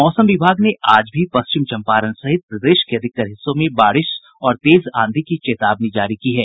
मौसम विभाग ने आज भी पश्चिम चंपारण सहित प्रदेश के अधिकतर हिस्सों में बारिश और तेज आंधी की चेतावनी जारी की है